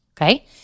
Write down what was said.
Okay